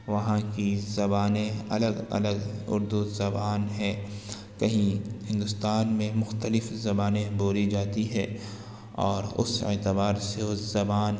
وہاں کی زبانیں الگ الگ اردو زبان ہے کہیں ہندوستان میں مختلف زبانیں بولی جاتی ہے اور اس اعتبار سے اس زبان